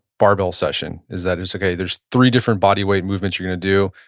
barbell session is that, it's okay. there's three different bodyweight movements you're gonna do,